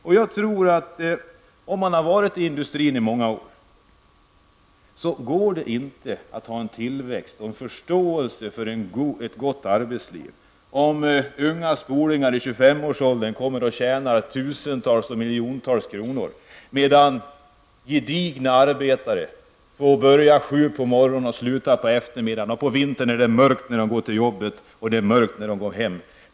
Om man arbetat inom industrin i många år är det svårt att hysa förståelse för tillväxt och ett gott arbetsliv, när unga spolingar i 25-årsåldern tjänar miljontals kronor, medan arbetare med gedigen erfarenhet får börja kl. 7på morgonen och arbeta långt in på eftermiddagen. På vintern är det mörkt både när de går till och när de går från jobbet.